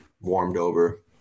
warmed-over